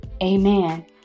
Amen